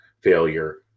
failure